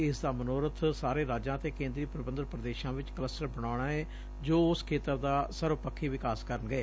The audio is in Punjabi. ਇਸ ਦਾ ਮਨੋਰਥ ਸਾਰੇ ਰਾਜਾਂ ਅਤੇ ਕੇਂਦਰੀ ਪ੍ਰਬੰਧਤ ਪ੍ਰਦੇਸ਼ਾਂ ਵਿਚ ਕਲੱਸਟਰ ਬਣਾਉਣਾ ਏ ਜੋ ਉਸ ਖੇਤਰ ਦਾ ਸਰਬ ਪੱਖੀ ਵਿਕਾਸ ਕਰਨਗੇ